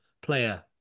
player